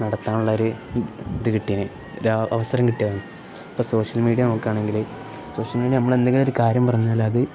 നടത്താനുള്ള ഒരു ഇത് കിട്ടീന് ഒരവസരം കിട്ടിയതാണ് ഇപ്പം സോഷ്യൽ മീഡിയ നോക്കുകയാണെങ്കിൽ സോഷ്യൽ മീഡിയ നമ്മൾ എന്തെങ്കിലും ഒരു കാര്യം പറഞ്ഞാൽ അത്